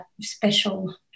special